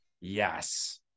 yes